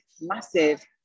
massive